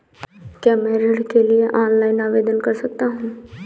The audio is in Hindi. क्या मैं ऋण के लिए ऑनलाइन आवेदन कर सकता हूँ?